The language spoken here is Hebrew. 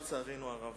לצערנו הרב.